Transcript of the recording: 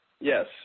Yes